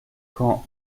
quand